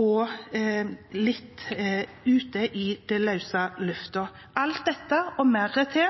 og henger litt i løse luften. Alt dette og mer til